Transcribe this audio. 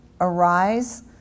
Arise